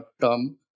term